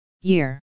year